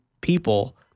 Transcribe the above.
people